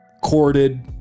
corded